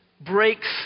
breaks